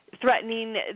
Threatening